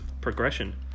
progression